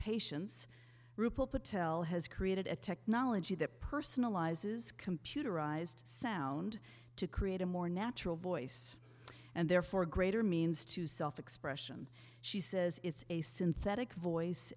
patients roopa patel has created a technology that personalizes computerized sound to create a more natural voice and therefore a greater means to self expression she says it's a synthetic voice